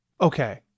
Okay